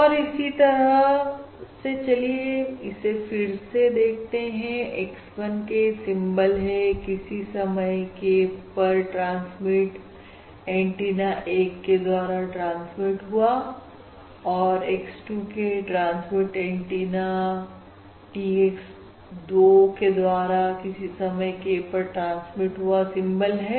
और इसी तरह से चलिए इसे फिर से देखते हैं x 1 k सिंबल है किसी समय k पर ट्रांसमिट एंटीना 1 के द्वारा ट्रांसमीट हुआ है और x 2 k transmit antenna Tx 2 के द्वारा किसी समय k पर ट्रांसमिट हुआ सिंबल है